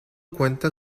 cuenta